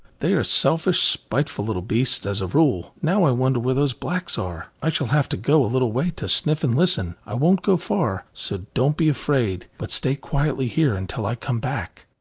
they are selfish, spiteful little beasts, as a rule. now i wonder where those blacks are? i shall have to go a little way to sniff and listen. i won't go far, so don't be afraid, but stay quietly here until i come back.